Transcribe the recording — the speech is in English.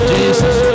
Jesus